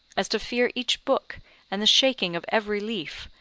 as to fear each book and the shaking of every leaf,